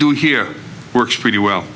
do here works pretty well